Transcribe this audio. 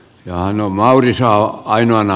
nainu mauri saa ainoana